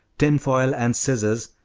tin-foil and scissors,